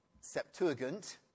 Septuagint